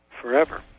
forever